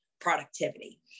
productivity